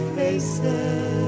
faces